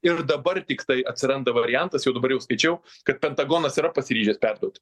ir dabar tiktai atsiranda variantas jau dabar jau skaičiau kad pentagonas yra pasiryžęs perduot